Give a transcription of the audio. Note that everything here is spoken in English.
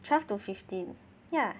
twelve to fifteen ya